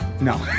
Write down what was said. No